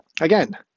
Again